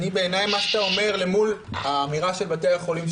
בעיניי מה שאתה אומר למול האמירה של בתי החולים,